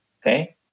okay